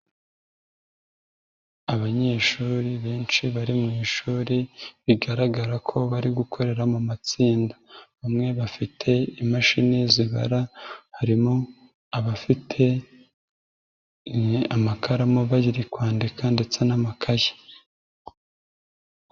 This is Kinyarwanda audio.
Abanyeshuri benshi bari mu ishuri bigaragara ko bari gukorera mu matsinda bamwe bafite imashini zibara harimo abafite amakaramu bari kwandika ndetse n'amakaye.